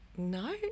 no